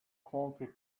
comfy